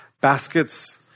baskets